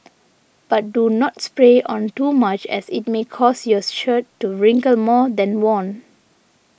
but do not spray on too much as it may cause your shirt to wrinkle more than worn